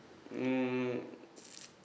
mm